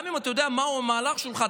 גם אם אתה יודע מה הוא המהלך שלך,